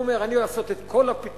הוא אומר: אני הולך לעשות את כל הפיתוח,